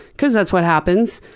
because that's what happens.